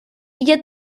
ella